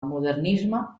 modernisme